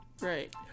right